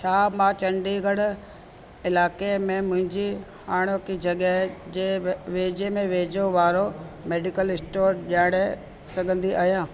छा मां चंडीगढ़ इलाइक़े में मुंहिंजी हाणोकी जॻहि जे वेझो में वेझो वारो मेडिकल स्टोर ॼाणे सघंदी आहियां